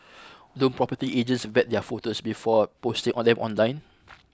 don't property agents vet their photos before posting on them online